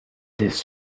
this